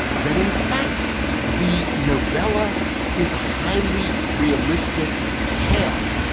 that in fact the novella is a highly realistic tale.